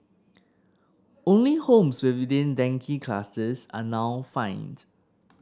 only homes within dengue clusters are now fined